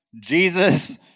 Jesus